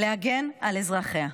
להגן על אזרחיה.